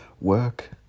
work